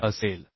78 असेल